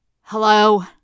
Hello